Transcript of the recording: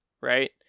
right